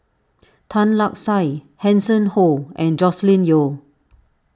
Tan Lark Sye Hanson Ho and Joscelin Yeo